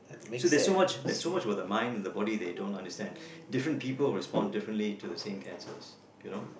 so there's so much there's so much about the mind and body that you don't understand different people respond differently to the same cancers